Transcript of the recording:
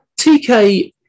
Tk